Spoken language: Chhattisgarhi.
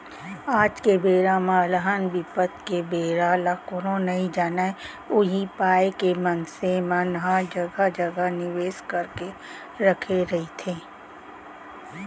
आज के बेरा म अलहन बिपत के बेरा ल कोनो नइ जानय उही पाय के मनसे मन ह जघा जघा निवेस करके रखे रहिथे